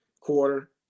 quarter